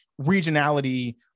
regionality